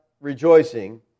rejoicing